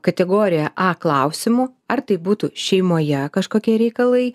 kategoriją a klausimų ar tai būtų šeimoje kažkokie reikalai